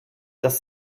das